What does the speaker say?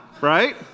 right